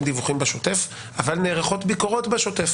דיווחים בשוטף אבל נערכות ביקורות בשוטף.